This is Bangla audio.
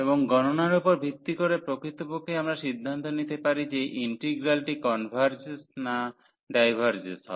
এবং গননার উপর ভিত্তি করে প্রকৃতপক্ষেই আমরা সিদ্ধান্ত নিতে পারি যে ইন্টিগ্রালটি কনভার্জস না ডাইভার্জস হয়